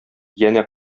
янә